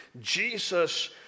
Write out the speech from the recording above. Jesus